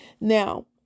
Now